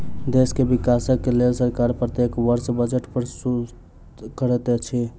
देश के विकासक लेल सरकार प्रत्येक वर्ष बजट प्रस्तुत करैत अछि